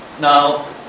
Now